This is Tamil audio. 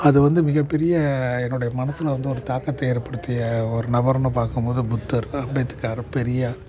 அது வந்து மிகப் பெரிய என்னோட மனசில் வந்து ஒரு தாக்கத்தை ஏற்படுத்திய ஒரு நபர்னு பார்க்கும்போது புத்தர் அம்பேத்கார் பெரியார்